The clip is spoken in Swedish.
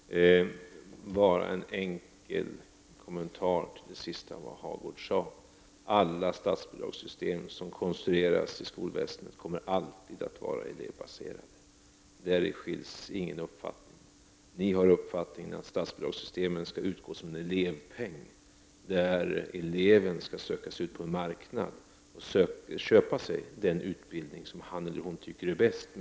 Herr talman! Jag skall bara göra en enkel kommentar till det som Birger Hagård sade sist. Alla statsbidragsystem som konstrueras i skolväsendet kommer alltid att vara elevbaserade. Däri skiljer vi oss inte i uppfattning. Ni har uppfattningen att statsbidraget skall utgå som en elevpeng och att eleven med hjälp av den skall söka sig ut på en marknad och köpa sig den utbildning som han eller hon tycker är bäst.